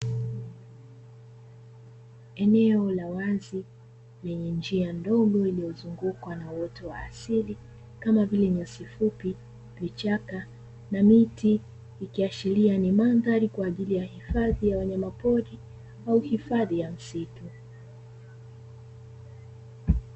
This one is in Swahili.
Eneo la wazi lenye njia ndogo iliyozungukwa na uoto wa asili kama vile nyasi fupi, vichaka na miti. Ikiashiria ni mandhari kwa ajili ya hifadhi ya wanyamapori au hifadhi ya msitu.